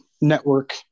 network